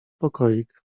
pokoik